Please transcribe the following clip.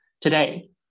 today